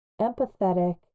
empathetic